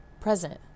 present